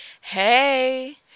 Hey